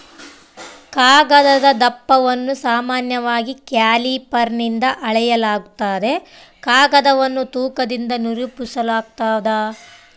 ಕಾಗದದ ದಪ್ಪವನ್ನು ಸಾಮಾನ್ಯವಾಗಿ ಕ್ಯಾಲಿಪರ್ನಿಂದ ಅಳೆಯಲಾಗ್ತದ ಕಾಗದವನ್ನು ತೂಕದಿಂದ ನಿರೂಪಿಸಾಲಾಗ್ತದ